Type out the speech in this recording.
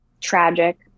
tragic